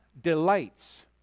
delights